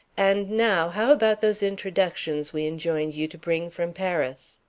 and now how about those introductions we enjoined you to bring from paris?